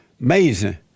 Amazing